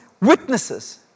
witnesses